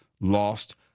lost